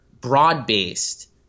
broad-based